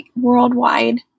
worldwide